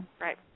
Right